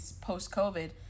post-covid